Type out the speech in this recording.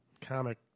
comic